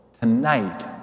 Tonight